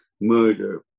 murder